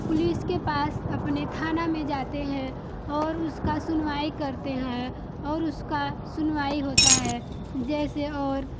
police के पास अपने थाना में जाते हैं और उसकी सुनवाई करते हैं और उसका सुनवाई होता है जैसे और